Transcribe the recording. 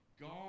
God